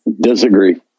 Disagree